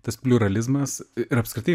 tas pliuralizmas ir apskritai